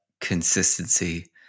consistency